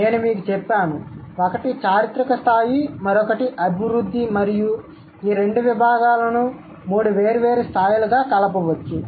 నేను మీకు చెప్పాను ఒకటి చారిత్రక స్థాయి మరొకటి అభివృద్ధి మరియు ఈ రెండు విభాగాలును మూడు వేర్వేరు స్థాయిలుగా కలపవచ్చు